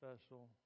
special